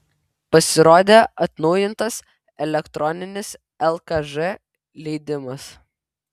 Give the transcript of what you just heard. pasirodė atnaujintas elektroninis lkž leidimas